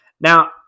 Now